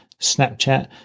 Snapchat